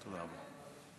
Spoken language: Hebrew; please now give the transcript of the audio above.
תודה רבה.